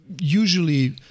usually